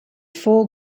four